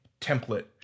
template